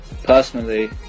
Personally